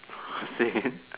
same